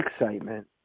excitement